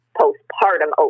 postpartum